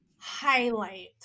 highlight